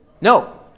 No